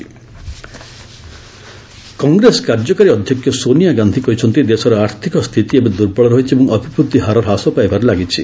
Congress parliament meet Congress କାର୍ଯ୍ୟକାରୀ ଅଧ୍ୟକ୍ଷ ସୋନିଆ ଗାନ୍ଧି କହିଛନ୍ତି ଦେଶର ଆର୍ଥକ ସ୍ଥିତି ଏବେ ଦୁର୍ବଳ ରହିଛି ଏବଂ ଅଭିବୃଦ୍ଧି ହାର ହ୍ରାସ ପାଇବାରେ ଲାଗିଛି